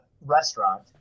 restaurant